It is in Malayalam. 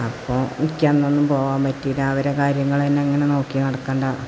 അപ്പോള് എനിക്കന്നൊന്നും പോവാൻ പറ്റിയില്ല അവരെ കാര്യങ്ങളെന്നെ അങ്ങനെ നോക്കി നടക്കേണ്ട